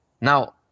Now